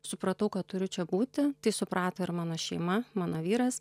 supratau kad turiu čia būti tai suprato ir mano šeima mano vyras